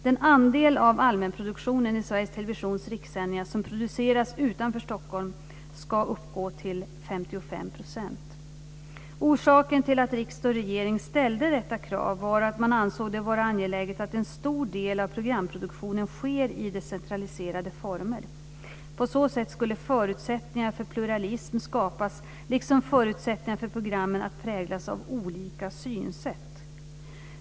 Den andel av allmänproduktionen i Sveriges Orsaken till att riksdag och regering ställde detta krav var att man ansåg det vara angeläget att en stor del av programproduktionen sker i decentraliserade former. På så sätt skulle förutsättningar för pluralism skapas liksom förutsättningar för programmen att präglas av olika synsätt.